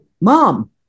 Mom